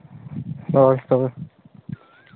ᱦᱳᱭ ᱛᱚᱵᱮ